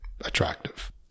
attractive